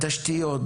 בתשתיות,